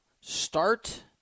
start-